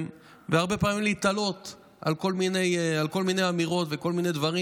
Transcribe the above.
והרבה פעמים להתעלות על כל מיני אמירות וכל מיני דברים.